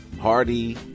Hardy